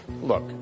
Look